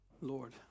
Lord